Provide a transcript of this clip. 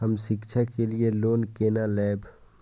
हम शिक्षा के लिए लोन केना लैब?